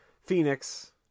Phoenix